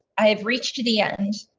i have reached the end.